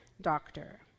doctor